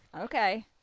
Okay